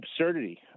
absurdity